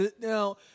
now